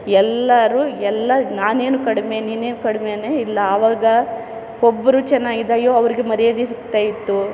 ಎಲ್ಲರು ಎಲ್ಲ ನಾನೇನು ಕಡಿಮೆ ನೀನೇನು ಕಡ್ಮೆಯೇ ಇಲ್ಲ ಆವಾಗ ಒಬ್ಬರು ಚೆನ್ನಾಗಿದ್ದಾಗೆ ಯೋ ಅವ್ರಿಗೆ ಮರ್ಯಾದೆ ಸಿಗ್ತಾಯಿತ್ತು